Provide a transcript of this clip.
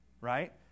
right